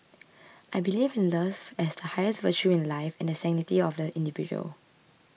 I believe in love as the highest virtue in life and the sanctity of the individual